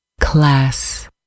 Class